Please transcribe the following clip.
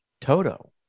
Toto